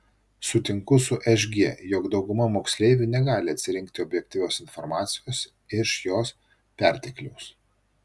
sutinku su šg jog dauguma moksleivių negali atsirinkti objektyvios informacijos iš jos pertekliaus